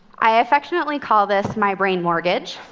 i affectionately call this my brain mortgage.